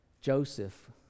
Joseph